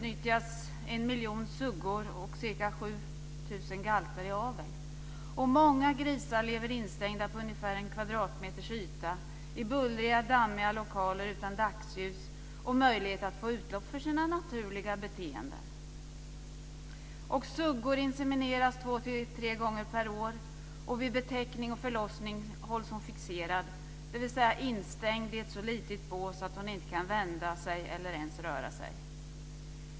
Många grisar lever instängda på ungefär en kvadratmeters yta i bullriga, dammiga lokaler utan dagsljus och möjlighet att få utlopp för sina naturliga beteenden. Suggan insemineras två-tre gånger per år. Vid betäckning och förlossning hålls hon fixerad, dvs. instängd i ett så litet bås att hon inte kan vända sig eller ens röra sig.